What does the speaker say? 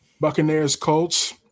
Buccaneers-Colts